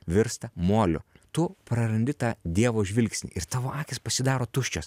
virsta moliu tu prarandi tą dievo žvilgsnį ir tavo akys pasidaro tuščios